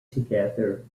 together